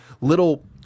little